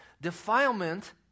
defilement